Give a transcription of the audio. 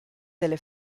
delle